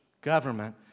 government